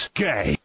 gay